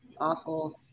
awful